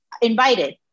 invited